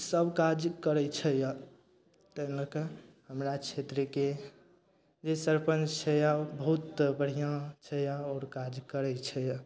सब काज करय छै यऽ तै लऽ कऽ हमरा क्षेत्रके जे सरपञ्च छै यऽ बहुत बढ़िआँ छै यऽ आओर काज करय छै यऽ